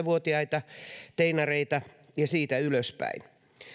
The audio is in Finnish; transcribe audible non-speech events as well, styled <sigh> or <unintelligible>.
<unintelligible> vuotiaita teinareita ja siitä ylöspäin